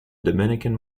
dominican